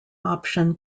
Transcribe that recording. option